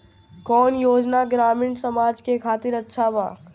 कौन योजना ग्रामीण समाज के खातिर अच्छा बा?